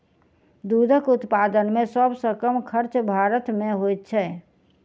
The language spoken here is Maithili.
दूधक उत्पादन मे सभ सॅ कम खर्च भारत मे होइत छै